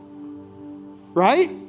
right